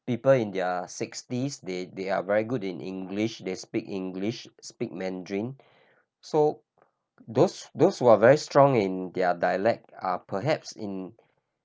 people in their sixties they they are very good in English they speak English speak Mandarin so those those who are very strong in their dialect are perhaps in